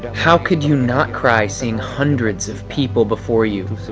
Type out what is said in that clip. how could you not cry seeing hundreds of people before you,